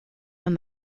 when